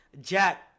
Jack